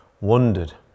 wondered